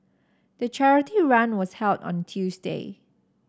the charity run was held on Tuesday